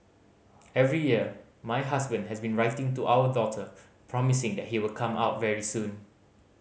every year my husband has been writing to our daughter promising that he will come out very soon